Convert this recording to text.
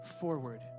forward